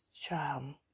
Charm